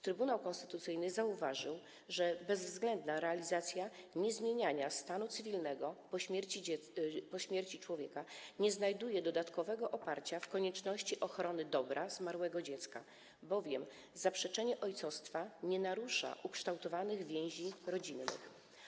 Trybunał Konstytucyjny zauważył, że bezwzględna realizacja zasady niezmieniania stanu cywilnego po śmierci człowieka nie znajduje dodatkowego oparcia w konieczności ochrony dobra zmarłego dziecka, zaprzeczenie bowiem ojcostwa nie narusza ukształtowanych więzi rodzinnych.